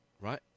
Right